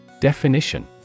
Definition